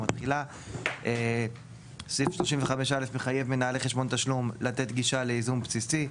התחילה; סעיף 35 א' מחייב מנהלי חשבון תשלום לתת גישה לייזום בסיסי.